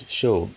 show